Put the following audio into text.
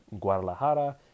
Guadalajara